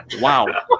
wow